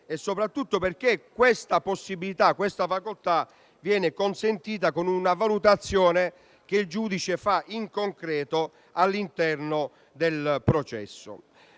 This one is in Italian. soprattutto perché questa possibilità viene consentita con una valutazione che il giudice fa in concreto all'interno del processo.